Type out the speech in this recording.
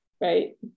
right